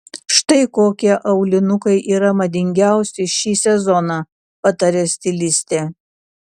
štai kokie aulinukai yra madingiausi šį sezoną pataria stilistė